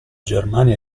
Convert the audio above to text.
germania